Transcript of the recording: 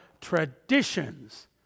traditions